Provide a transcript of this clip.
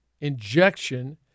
injection